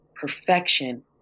perfection